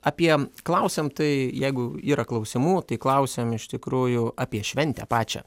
apie klausiam tai jeigu yra klausimų tai klausiam iš tikrųjų apie šventę pačią